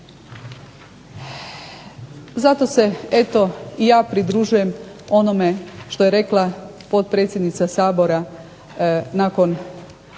Zato se eto i ja pridružujem onome što je rekla potpredsjednica Sabora nakon